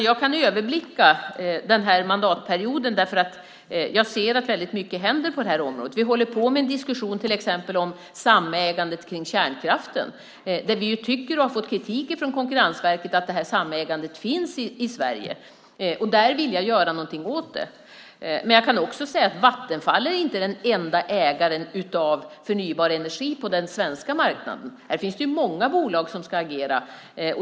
Jag kan överblicka den här mandatperioden. Jag ser att väldigt mycket händer på området. Vi håller på med en diskussion till exempel om samägandet av kärnkraften. Vi har fått kritik från Konkurrensverket för att samägandet finns i Sverige. Jag vill göra någonting åt det. Men jag kan också säga att Vattenfall inte är den enda ägaren av förnybar energi på den svenska marknaden. Det finns många bolag som ska agera.